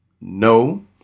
No